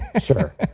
Sure